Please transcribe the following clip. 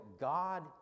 God